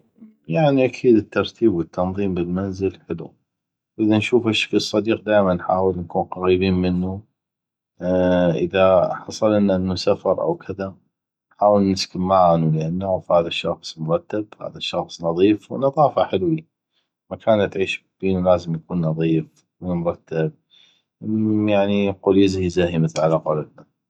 يعني اكيد الترتيب والتنظيم بالمنزل حلو اذا نشوف هشكل صديق دايما نحاول انو نكون قغيبين منو اذا حصللنا انو سفر أو كذا نحاول نسكن معانو لان نعغف هذا الشخص مرتب هذا الشخص نظيف والنظافه حلوي المكان اللي تعيش بينو لازم يكون نظيف ومرتب يعني مثل ما نقول يزهي زهي على قولتنا